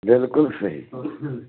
بِلکُل صیحح